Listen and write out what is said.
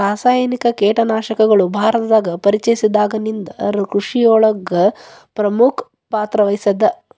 ರಾಸಾಯನಿಕ ಕೇಟನಾಶಕಗಳು ಭಾರತದಾಗ ಪರಿಚಯಸಿದಾಗನಿಂದ್ ಕೃಷಿಯೊಳಗ್ ಪ್ರಮುಖ ಪಾತ್ರವಹಿಸಿದೆ